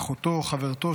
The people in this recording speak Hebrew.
אחותו וחברתו,